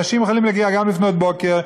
אנשים יכולים להגיע גם לפנות בוקר,